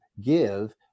give